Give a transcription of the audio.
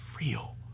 real